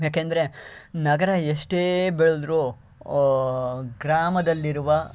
ಏಕೆಂದರೆ ನಗರ ಎಷ್ಟೇ ಬೆಳೆದ್ರೂ ಗ್ರಾಮದಲ್ಲಿರುವ